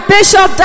Bishop